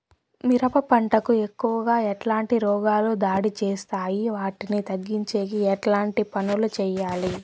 మిరప పంట కు ఎక్కువగా ఎట్లాంటి రోగాలు దాడి చేస్తాయి వాటిని తగ్గించేకి ఎట్లాంటి పనులు చెయ్యాలి?